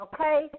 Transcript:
Okay